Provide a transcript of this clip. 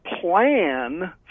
plan